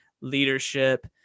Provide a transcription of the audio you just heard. leadership